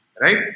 Right